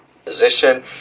position